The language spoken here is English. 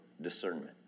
discernment